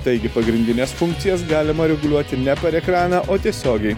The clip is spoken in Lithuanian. taigi pagrindines funkcijas galima reguliuoti ne per ekraną o tiesiogiai